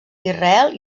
israel